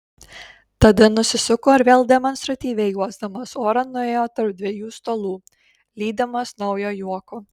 tada nusisuko ir vėl demonstratyviai uosdamas orą nuėjo tarp dviejų stalų lydimas naujo juoko